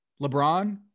LeBron